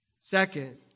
Second